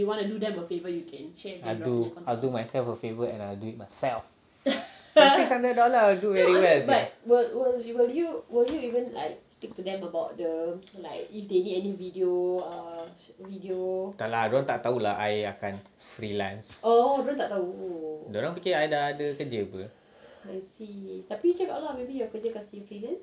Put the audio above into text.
I will do myself a favour and I will do it myself six hundred dollar I will do very well sia tak lah dia orang tak tahu lah I akan freelance dia orang fikir I dah ada kerja apa